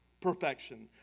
perfection